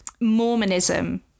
Mormonism